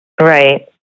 Right